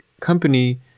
company